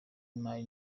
imari